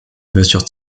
ouverture